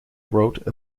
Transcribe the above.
wrote